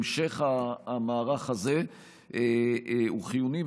המשך המערך הזה הוא חיוני.